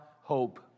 hope